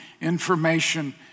information